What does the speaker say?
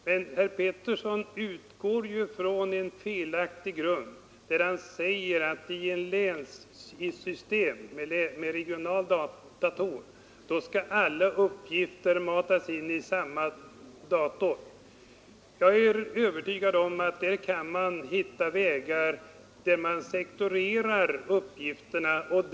Men herr Pettersson utgår från en felaktig förutsättning när han säger att i ett system med regional dator alla uppgifter skall matas in i samma dator. Jag är övertygad om att man kan hitta vägar, med vilkas hjälp man matar in uppgifterna sektorerade.